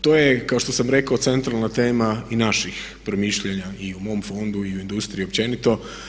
To je kao što sam rekao centralna tema i naših promišljanja i u mom fondu i u industriji općenito.